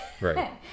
right